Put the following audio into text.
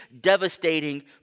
devastating